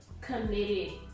committed